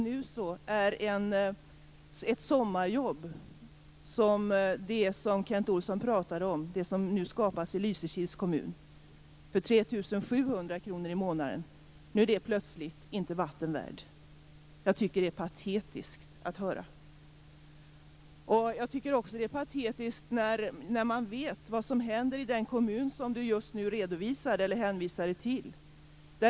Nu är ett sommarjobb, som är det som Kent Olsson pratar om, som skapas i Lysekils kommun för 3 700 kr i månaden plötsligt inte vatten värt. Jag tycker att det är patetiskt att höra. Jag tycker också att det är patetiskt när man vet vad som hände i den kommun som Kent Olsson hänvisade till.